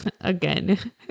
again